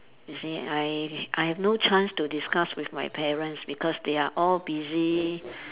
you see I I have no chance to discuss with my parents because they are all busy